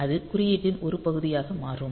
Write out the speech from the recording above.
அது குறியீட்டின் ஒரு பகுதியாக மாறும்